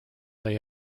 they